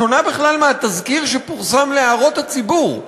שונה בכלל מהתזכיר שפורסם להערות הציבור.